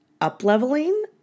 up-leveling